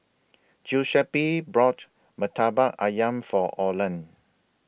Giuseppe brought Murtabak Ayam For Orland